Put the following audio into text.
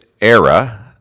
era